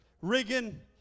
Riggin